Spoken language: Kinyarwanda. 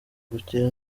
gukira